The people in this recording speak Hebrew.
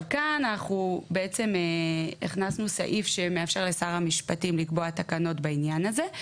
אנחנו הכנסנו סעיף שמאפשר לשר המשפטים לקבוע תקנות בעניין הזה,